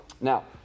Now